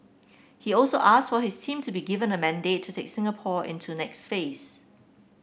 he also asked for his team to be given a mandate to take Singapore into next phase